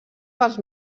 pels